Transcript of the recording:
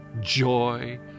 joy